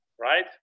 right